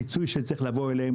הפיצוי שצריך לבוא אליהם,